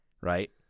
Right